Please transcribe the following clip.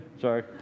Sorry